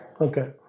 Okay